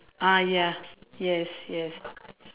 ah ya yes yes